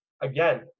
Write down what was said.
again